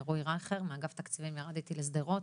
רועי רייכר מאגף תקציבים ירד איתי לשדרות